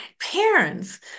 parents